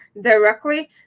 directly